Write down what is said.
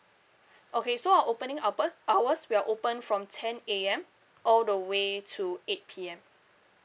okay so our opening hour hours we're open from ten A_M all the way to eight P_M